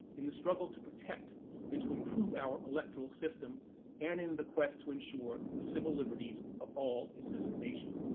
in the struggle to protect and to improve our electrical system and in the quest to ensure the civil liberties of all in this nation.